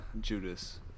Judas